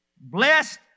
Blessed